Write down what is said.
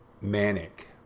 manic